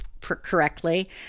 correctly